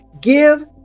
Give